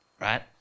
Right